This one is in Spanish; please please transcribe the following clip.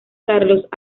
carlos